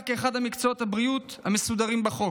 כאחד ממקצועות הבריאות המוסדרים בחוק,